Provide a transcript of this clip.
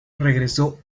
regresó